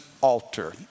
altar